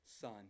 son